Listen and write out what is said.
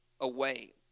away